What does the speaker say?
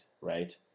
right